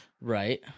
right